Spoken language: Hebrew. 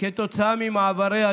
למנוע מהאופוזיציה